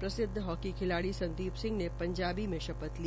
प्रसिद्व हाकी खिलाड़ी संदीप सिंह ने पंजाबी में शपथ ली